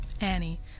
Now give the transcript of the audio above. Annie